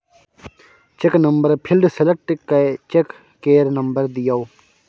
cheque number field select कए check केर number दियौ